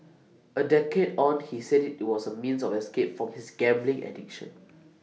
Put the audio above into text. A decade on he said IT was A means of escape from his gambling addiction